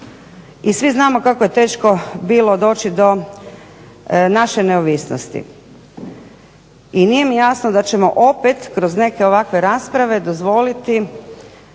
i svi znamo kako je teško bilo doći do naše neovisnosti. I nije mi jasno da ćemo opet kroz neke ovakve rasprave dozvoliti